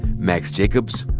max jacobs,